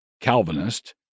Calvinist